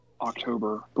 October